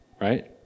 right